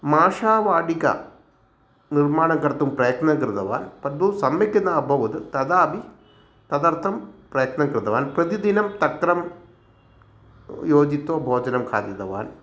माशावाडिका निर्माणं कर्तुं प्रयत्नं कृतवान् परन्तु सम्यक् नाभवत् तथापि तदर्थं प्रयत्नं कृतवान् प्रतिदिनं तक्रं योजित्वा भोजनं खादितवान्